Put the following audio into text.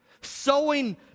sowing